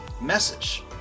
message